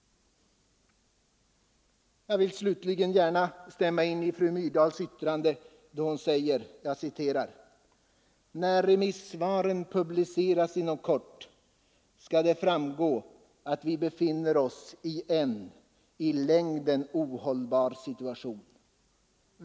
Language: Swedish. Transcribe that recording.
Jag vill slutligen gärna stämma in i fru Myrdals yttrande då hon säger: ”När remissvaren publiceras inom kort skall det framgå att vi befinner oss i en i längden ohållbar situation.